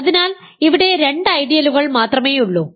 അതിനാൽ ഇവിടെ രണ്ട് ഐഡിയലുകൾ മാത്രമേയുള്ളൂ